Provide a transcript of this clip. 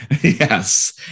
Yes